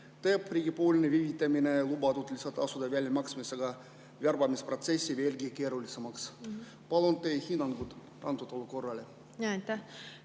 teeb riigi viivitamine lubatud lisatasude väljamaksmisega värbamisprotsessi veelgi keerulisemaks. Palun teie hinnangut antud olukorrale.